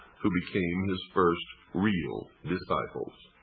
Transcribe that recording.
who became his first real disciples.